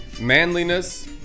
manliness